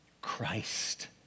Christ